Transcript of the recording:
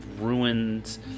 ruins